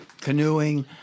canoeing